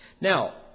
Now